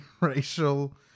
racial